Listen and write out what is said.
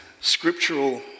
scriptural